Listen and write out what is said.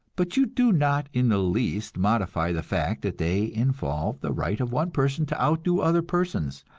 but you do not in the least modify the fact that they involve the right of one person to outdo other persons,